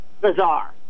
bizarre